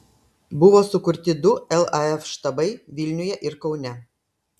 buvo sukurti du laf štabai vilniuje ir kaune